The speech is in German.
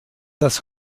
das